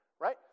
right